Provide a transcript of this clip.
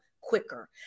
quicker